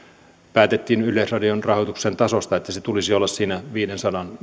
päätettiin yleisradion rahoituksen tasosta että sen tulisi olla siinä viidensadan